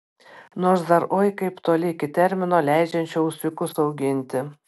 nors dar oi kaip toli iki termino leidžiančio ūsiukus auginti